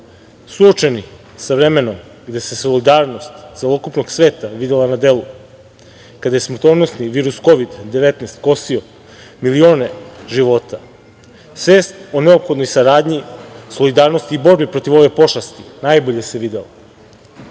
sa vremenom gde se solidarnost celokupnog sveta videla na delu kada je na smrtonosni virus Kovid -19 kosio milione života, svest o neophodnoj saradnji, solidarnosti i borbi protiv ove pošasti najbolje se videla.